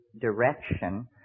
direction